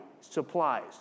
supplies